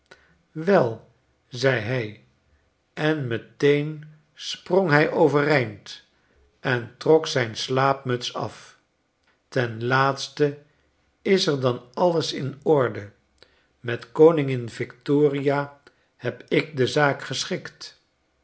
wel zei hij en meteen sprong hij overeind en trok zijn slaapmuts af fen laatste is dan alles in orde met koningin victoria heb ik de zaak geschikt